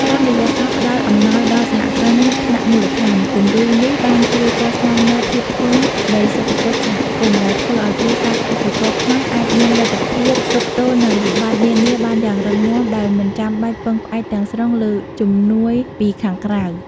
តាមរយៈការផ្ដល់អំណាចដល់ "សហគ្រិនថ្នាក់មូលដ្ឋាន" គំរូនេះបានជួយកសាងនូវភាពធន់នៃសេដ្ឋកិច្ចសហគមន៍ ដែលធ្វើឱ្យគ្រួសារកសិករខ្មែរអាចមានលទ្ធភាពទប់ទល់នឹងវិបត្តិនានាបានយ៉ាងរឹងមាំ ដោយមិនចាំបាច់ពឹងផ្អែកទាំងស្រុងលើជំនួយពីខាងក្រៅ។